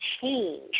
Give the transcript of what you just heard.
change